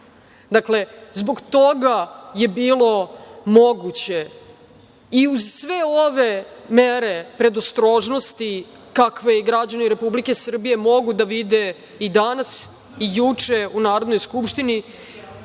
4,07%.Dakle, zbog toga je bilo moguće, i uz sve ove mere predostrožnosti kakve i građani Republike Srbije mogu da vide i danas i juče u Narodnoj skupštini,